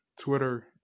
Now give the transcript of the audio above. Twitter